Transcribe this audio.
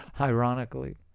Ironically